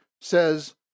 says